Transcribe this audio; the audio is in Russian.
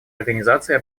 организацией